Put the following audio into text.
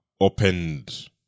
opened